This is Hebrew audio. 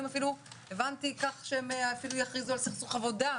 לעשות והבנתי אפילו שהם אפילו יכריזו על סכסוך עבודה.